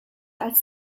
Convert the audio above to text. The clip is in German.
als